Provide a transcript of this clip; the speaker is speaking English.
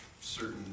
certain